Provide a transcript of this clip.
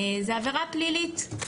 זאת עבירה פלילית.